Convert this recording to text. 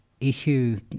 issue